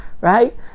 right